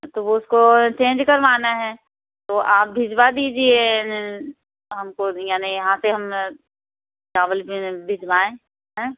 तो वो उसको चेंज करवाना है तो आप भिजवा दीजिए हमको भी यानी यहाँ पर हम चावल में भिजवाएँ हैं